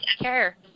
care